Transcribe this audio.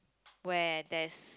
where there's